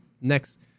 next